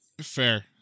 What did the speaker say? Fair